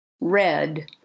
red